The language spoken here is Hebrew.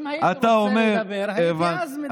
אם הייתי רוצה לדבר, הייתי אז מדבר.